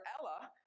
Ella